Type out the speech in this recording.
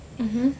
mmhmm